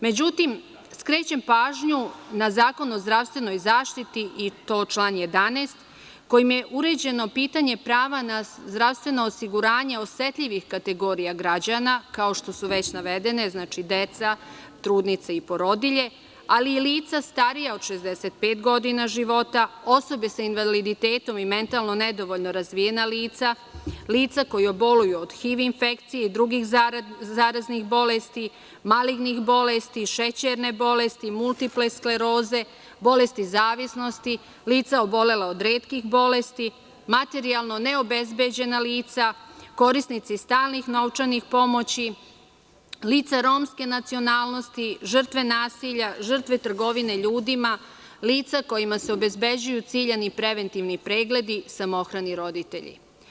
Međutim, skrećem pažnju na Zakon o zdravstvenoj zaštiti, član 11, kojim je uređeno pitanje prava na zdravstveno osiguranje osetljivih kategorija građana, kao što su već navedene – deca, trudnice i porodilje, ali i lica starija od 65 godina života, osobe sa invaliditetom i mentalno nedovoljno razvijena lica, lica koja boluju od HIV infekcije i drugih zaraznih bolesti, malignih bolesti, šećerne bolesti, multipleks skleroze, bolesti zavisnosti, lica obolela od retkih bolesti, materijalno neobezbeđena lica, korisnici stalnih novčanih pomoći, lica romske nacionalnosti, žrtve nasilja, žrtve trgovine ljudima, lica kojima se obezbeđuju ciljani preventivni pregledi, samohrani roditelji.